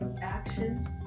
actions